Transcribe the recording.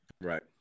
right